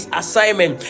assignment